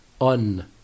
on